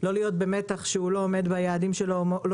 לא להיות במתח שהוא לא עומד ביעדים שלו או לא